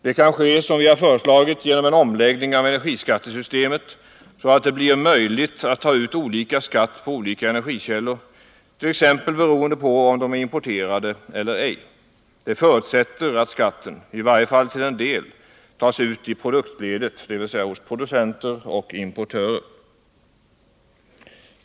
Det kan ske, som vi har föreslagit, genom en omläggning av energiskattesystemet, så att det blir möjligt att ta ut olika skatt på olika energikällor, t.ex. beroende på om de är importerade eller ej. Det förutsätter att skatten — i varje fall till en del — tas ut i produktledet, dvs. hos producenter och importörer.